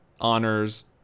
honors